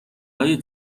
های